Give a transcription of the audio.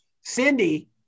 Cindy